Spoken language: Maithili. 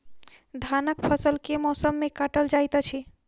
धानक फसल केँ मौसम मे काटल जाइत अछि?